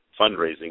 fundraising